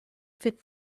fit